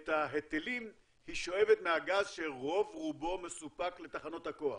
את ההיטלים היא שואבת מהגז שרוב רובו מסופק לתחנות הכוח.